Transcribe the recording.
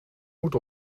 moet